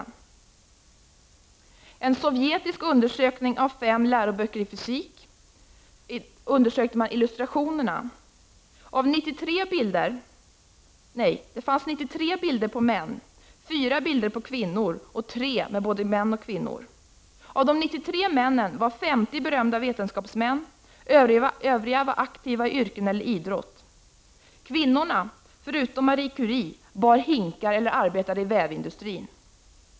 I en sovjetisk undersökning av fem läroböcker i fysik studerade man illustrationerna. Det fanns 93 bilder på män, 4 bilder på kvinnor och 3 med både män och kvinnor. Av de 93 männen var 50 berömda vetenskapsmän och de övriga var aktiva i yrken eller idrott. Kvinnorna, förutom Marie Curie, bar hinkar eller arbetade inom vävindustrin.